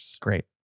Great